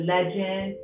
Legend